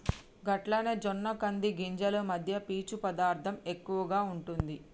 గట్లనే జొన్న కంది గింజలు మధ్య పీచు పదార్థం ఎక్కువగా ఉంటుంది